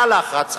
היה לחץ,